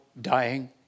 dying